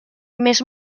més